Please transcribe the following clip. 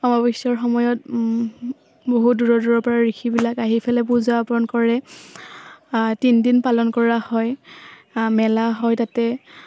অমাৱস্যাৰ সময়ত বহুত দূৰৰ দূৰৰপৰা ঋষিবিলাক আহি পেলাই পূজা অৰ্পণ কৰে তিনিদিন পালন কৰা হয় মেলা হয় তাতে